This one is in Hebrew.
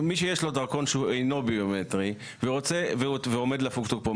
מי שיש לו דרכון שאינו ביומטרי ועומד לפוג תוקפו,